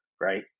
right